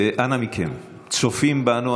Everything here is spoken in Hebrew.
אנא מכם, צופים בנו.